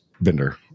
vendor